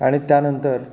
आणि त्यानंतर